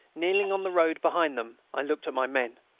kneeling on the road behind them, i looked at my men.